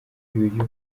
y’uyu